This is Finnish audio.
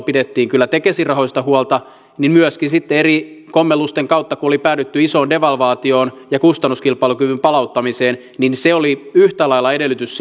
pidettiin kyllä tekesin rahoista huolta niin myöskin sitten eri kommellusten kautta kun oli päädytty isoon devalvaatioon ja kustannuskilpailukyvyn palauttamiseen se oli yhtä lailla edellytys